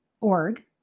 .org